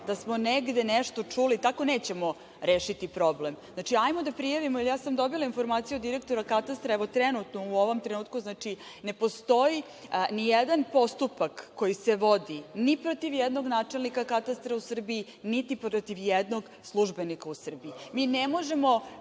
da smo negde nešto čuli, tako nećemo rešiti problem. Znači, ajmo da prijavimo, jer ja sam dobila informaciju od direktora Katastra da trenutno, u ovom trenutku, ne postoji nijedan postupak koji se vodi ni protiv jednog načelnika katastra u Srbiji, niti protiv jednog službenika u Srbiji. Mi ne možemo